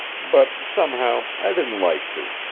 but, somehow, i didn't like to.